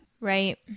Right